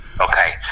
Okay